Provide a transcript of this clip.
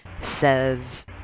says